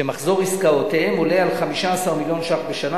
שמחזור עסקאותיהם עולה על 15 מיליון ש"ח בשנה,